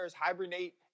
hibernate